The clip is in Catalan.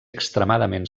extremadament